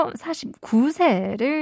49세를